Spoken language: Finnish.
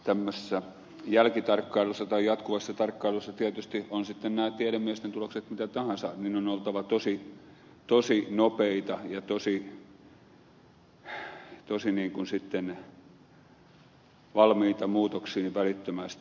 tämmöisessä jatkuvassa tarkkailussa tietysti ovat sitten nämä tiedemiesten tulokset mitä tahansa on oltava tosi nopea ja tosi valmis muutoksiin välittömästi